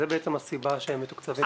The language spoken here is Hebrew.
וזו בעצם הסיבה שהם מתוקצבים ככה.